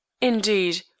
Indeed